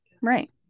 Right